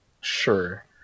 Sure